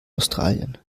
australien